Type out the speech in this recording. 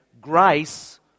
grace